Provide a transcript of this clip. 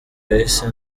yahise